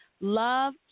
Love